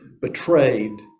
betrayed